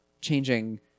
changing